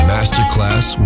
Masterclass